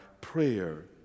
prayer